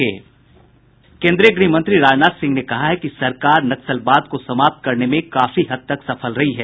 केन्द्रीय गृह मंत्री राजनाथ सिंह ने कहा है कि सरकार नक्सलवाद को समाप्त करने में काफी हद तक सफल रही है